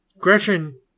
Gretchen